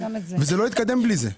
וזה לא יתקדם בלי זה.